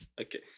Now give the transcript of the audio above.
Okay